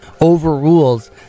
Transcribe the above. overrules